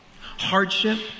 Hardship